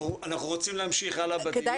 אנחנו רוצים להמשיך הלאה בדיון.